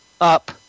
up